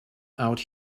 out